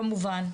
כמובן,